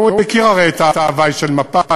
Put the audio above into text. והוא הרי הכיר את ההווי של מפא"י.